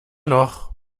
noch